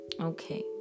Okay